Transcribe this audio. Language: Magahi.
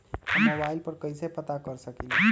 हम मोबाइल पर कईसे पता कर सकींले?